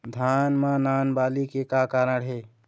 धान म नान बाली के का कारण हे?